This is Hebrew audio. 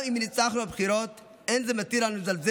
גם אם ניצחנו בבחירות אין זה מתיר לנו לזלזל